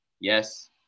Yes